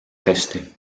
hästi